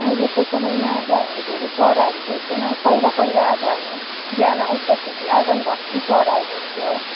अहिलेको समयमा अब हामीले धेरै चराहरू देख्दैनौँ पहिला पहिला अब हामी बिहान उठ्दाखेरि आँगन भर्ती चराहरू हुन्थ्यो